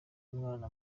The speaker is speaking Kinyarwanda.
umwana